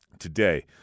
today